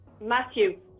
Matthew